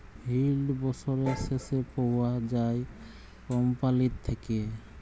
yield বসরের শেষে পাউয়া যায় কম্পালির থ্যাইকে